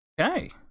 okay